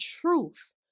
truth